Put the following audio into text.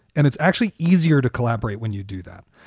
and it's actually easier to collaborate when you do that.